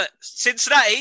Cincinnati